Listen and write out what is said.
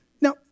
Now